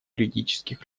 юридических